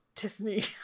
disney